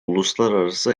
uluslararası